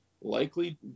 likely